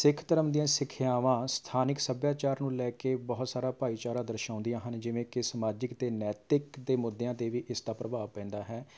ਸਿੱਖ ਧਰਮ ਦੀਆਂ ਸਿੱਖਿਆਵਾਂ ਸਥਾਨਿਕ ਸੱਭਿਆਚਾਰ ਨੂੰ ਲੈ ਕੇ ਬਹੁਤ ਸਾਰਾ ਭਾਈਚਾਰਾ ਦਰਸਾਉਂਦੀਆਂ ਹਨ ਜਿਵੇਂ ਕਿ ਸਮਾਜਿਕ ਅਤੇ ਨੈਤਿਕ ਦੇ ਮੁੱਦਿਆਂ 'ਤੇ ਵੀ ਇਸ ਦਾ ਪ੍ਰਭਾਵ ਪੈਂਦਾ ਹੈ